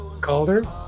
Calder